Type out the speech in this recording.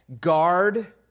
guard